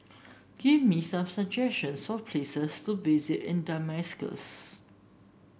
give me some suggestions for places to visit in Damascus